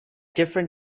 different